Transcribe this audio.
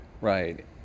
Right